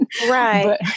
Right